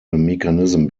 mechanism